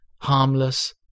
harmless